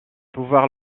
pouvoir